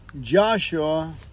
Joshua